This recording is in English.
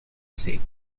seat